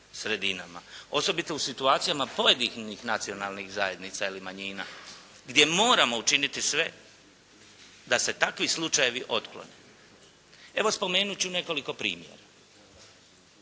osobito u situacijama pojedinih nacionalnih zajednica ili manjina gdje moramo učiniti sve da se takvi slučajevi otklone. Evo, spomenut ću nekoliko primjera.